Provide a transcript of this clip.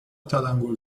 تلنگور